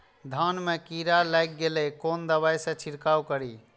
धान में कीरा लाग गेलेय कोन दवाई से छीरकाउ करी?